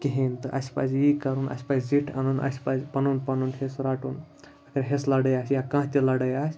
کِہیٖنۍ تہٕ اَسہِ پَزِ یی کَرُن اَسہِ پَزِ زِٹھۍ اَنُن اَسہِ پَزِ پَنُن پَنُن حِصہٕ رَٹُن اگر حِصہٕ لَڑٲے آسہِ یا کانٛہہ تہِ لَڑٲے آسہِ